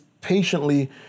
patiently